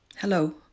Hello